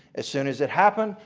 as soon as it happened,